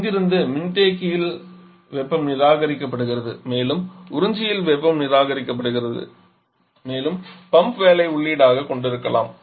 இங்கிருந்து மின்தேக்கியில் வெப்பம் நிராகரிக்கப்படுகிறது மேலும் உறிஞ்சியில் வெப்பமும் நிராகரிக்கப்படுகிறது மேலும் பம்ப் வேலையை உள்ளீடாகக் கொண்டிருக்கிறோம்